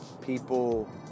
people